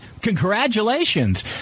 Congratulations